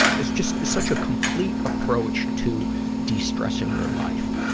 it's just, it's such a complete approach to destressing your life.